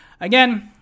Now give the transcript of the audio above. again